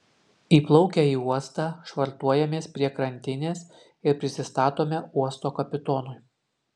įplaukę į uostą švartuojamės prie krantinės ir prisistatome uosto kapitonui